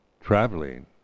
traveling